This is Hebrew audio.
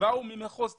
שבאו ממחוז טיגרי,